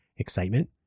excitement